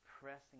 pressing